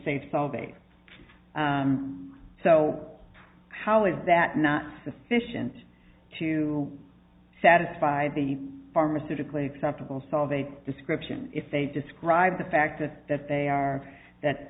safe solving so how is that not sufficient to satisfy the pharmaceutical acceptable solve a description if they describe the fact that they are that